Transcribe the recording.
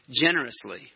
generously